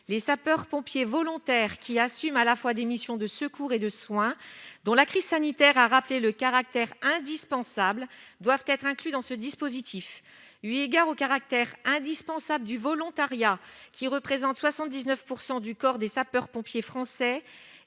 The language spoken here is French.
Les sapeurs-pompiers volontaires, qui assument à la fois des missions de secours et de soin, dont la crise sanitaire a rappelé le caractère indispensable, doivent être inclus dans ce dispositif. Eu égard au caractère indispensable du volontariat, qui concerne 79 % du corps des sapeurs-pompiers français